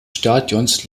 stadions